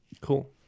Cool